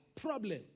problem